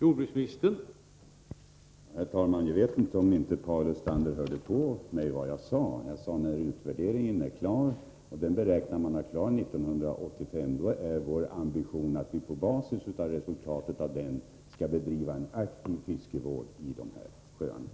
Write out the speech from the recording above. Herr talman! Jag undrar om Paul Lestander hörde på vad jag sade. Jag sade att när utvärderingen är klar — och man beräknar att den är klar 1985 — är vår ambition att vi på basis av resultaten av den skall bedriva en aktiv fiskevård i de här sjöarna.